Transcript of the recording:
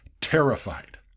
terrified